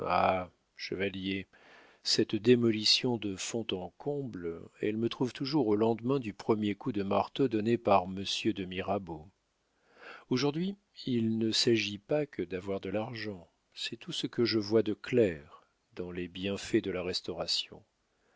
chevalier cette démolition de fond en comble elle me trouve toujours au lendemain du premier coup de marteau donné par monsieur de mirabeau aujourd'hui il ne s'agit plus que d'avoir de l'argent c'est tout ce que je vois de clair dans les bienfaits de la restauration